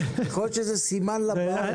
יכול להיות שזה סימן לבאות.